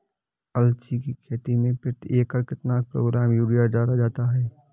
अलसी की खेती में प्रति एकड़ कितना किलोग्राम यूरिया डाला जाता है?